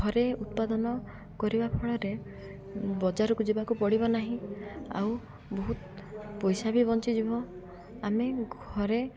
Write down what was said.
ଘରେ ଉତ୍ପାଦନ କରିବା ଫଳରେ ବଜାରକୁ ଯିବାକୁ ପଡ଼ିବ ନାହିଁ ଆଉ ବହୁତ ପଇସା ବି ବଞ୍ଚିଯିବ ଆମେ ଘରେ